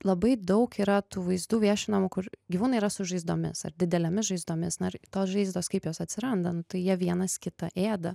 labai daug yra tų vaizdų viešinamų kur gyvūnai yra su žaizdomis ar didelėmis žaizdomis na ir tos žaizdos kaip jos atsirandant nu ytai jie vienas kitą ėda